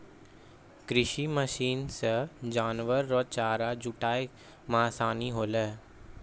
कृषि मशीन से जानवर रो चारा जुटाय मे आसानी होलै